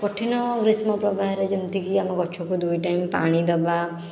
କଠିନ ଗ୍ରୀଷ୍ମ ପ୍ରବାହରେ ଯେମିତିକି ଆମେ ଗଛକୁ ଦୁଇ ଟାଇମ ପାଣି ଦେବା